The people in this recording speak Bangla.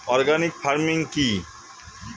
অর্গানিক ফার্মিং কি?